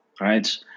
right